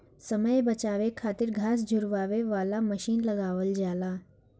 समय बचावे खातिर घास झुरवावे वाला मशीन लगावल जाला